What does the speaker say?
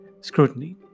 scrutiny